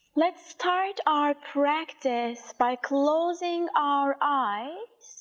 let's start our practice by closing our eyes